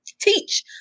teach